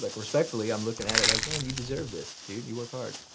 like respectfully, um lookin' at it like, man you deserve this, dude, you work hard.